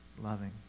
loving